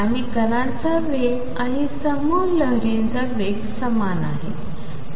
आणि कणांचा वेग आणि समूह लहरींचा वेग समान आहे